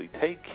Take